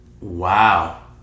Wow